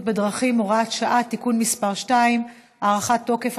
בדרכים (הוראת שעה) (תיקון מס' 2) (הארכת תוקף),